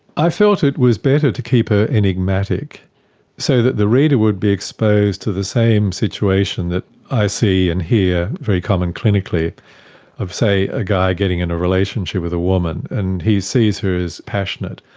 i felt it was better to keep her enigmatic so that the reader would be exposed to the same situation that i see and hear very common clinically of, say, a guy getting in a relationship with a woman, and he sees her as passionate,